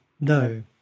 No